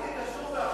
אם זה קשור לאבטחה,